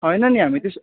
होइन नि हामी त्यसो